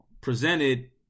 presented